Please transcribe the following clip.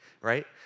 right